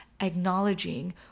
acknowledging